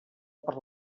per